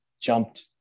jumped